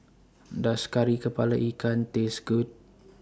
Does Kari Kepala Ikan Taste Good